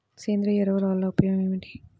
సేంద్రీయ ఎరువుల వల్ల ఉపయోగమేమిటీ?